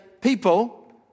people